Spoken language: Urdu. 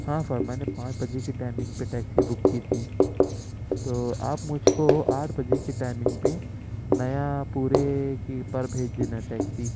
ہاں سر میں نے پانج بجے کی ٹائمنگ پہ ٹیکسی بک کی تھی تو آپ مجھ کو آٹھ بجے کی ٹائمنگ پہ نیا پورے کی پر بھیج دینا ٹیکسی